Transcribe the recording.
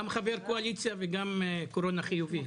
גם חבר קואליציה וגם קורונה חיובי.